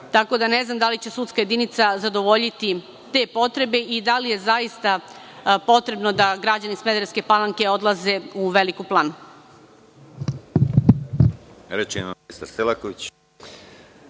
tako da ne znam da li će sudska jedinica zadovoljiti te potrebe, i da li je zaista potrebno da građani Smederevske Palanke odlaze u Veliku Planu.